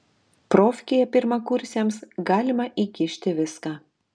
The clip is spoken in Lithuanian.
profkėje pirmakursiams galima įkišti viską